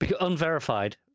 unverified